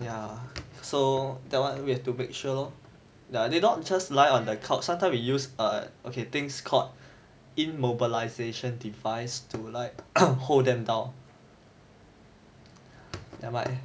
ya so that one we have to make sure lor ya they not just lie on the cot sometimes we use err okay things called immobilization device to like hold them down nevermind